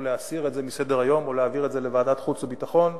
או להסיר את זה מסדר-היום או להעביר את זה לוועדת החוץ והביטחון.